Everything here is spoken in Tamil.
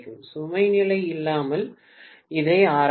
சுமை நிலை இல்லாமல் இதை ஆராயுங்கள்